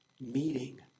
meeting